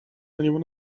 anyone